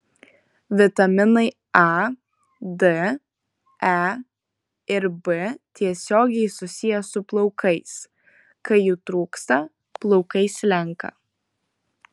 vitaminai a d e ir b tiesiogiai susiję su plaukais kai jų trūksta plaukai slenka